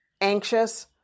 anxious